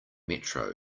metro